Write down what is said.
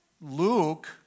Luke